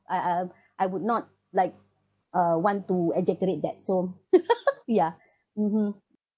I I I would not like uh want to exaggerate that so yeah mmhmm